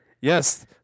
Yes